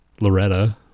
loretta